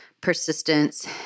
persistence